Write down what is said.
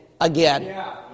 again